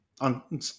on